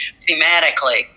thematically